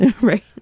right